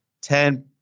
ten